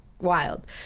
Wild